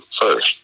first